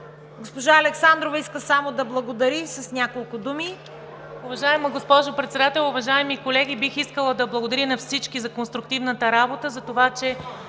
Госпожа Александрова иска само да благодари с няколко думи.